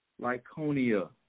Lyconia